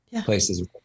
places